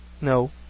No